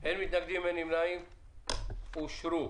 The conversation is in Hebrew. אושרו.